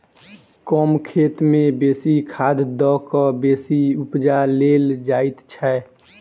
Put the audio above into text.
कम खेत मे बेसी खाद द क बेसी उपजा लेल जाइत छै